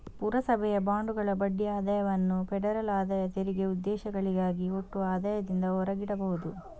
ಪುರಸಭೆಯ ಬಾಂಡುಗಳ ಬಡ್ಡಿ ಆದಾಯವನ್ನು ಫೆಡರಲ್ ಆದಾಯ ತೆರಿಗೆ ಉದ್ದೇಶಗಳಿಗಾಗಿ ಒಟ್ಟು ಆದಾಯದಿಂದ ಹೊರಗಿಡಬಹುದು